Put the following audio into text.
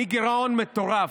מגירעון מטורף,